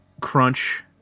crunch